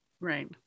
Right